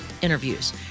interviews